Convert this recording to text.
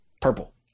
Purple